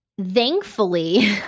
thankfully